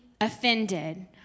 offended